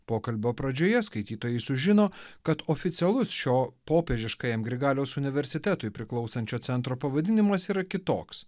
pokalbio pradžioje skaitytojai sužino kad oficialus šio popiežiškajam grigaliaus universitetui priklausančio centro pavadinimas yra kitoks